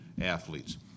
athletes